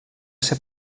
ser